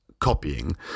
copying